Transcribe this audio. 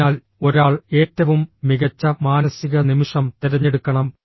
അതിനാൽ ഒരാൾ ഏറ്റവും മികച്ച മാനസിക നിമിഷം തിരഞ്ഞെടുക്കണം